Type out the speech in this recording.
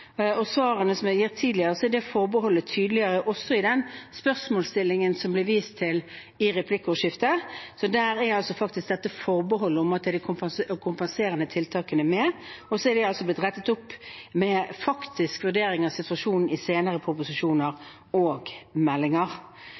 og svarene som jeg har gitt tidligere, er det forbeholdet tydeligere – også i den spørsmålsstillingen som det ble vist til i replikkordskiftet. Der er faktisk dette forbeholdet om at de kompenserende tiltakene er med, og så er det blitt rettet opp med faktiske vurderinger av situasjonen i senere proposisjoner og meldinger.